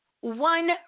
One